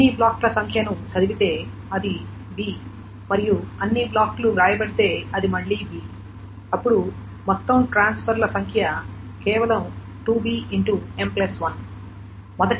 అన్ని బ్లాక్ల సంఖ్యను చదివితే అది b మరియు అన్ని బ్లాక్లు వ్రాయబడితే అది మళ్లీ b అప్పుడు మొత్తం ట్రాన్స్ఫర్ ల సంఖ్య కేవలం 2b m1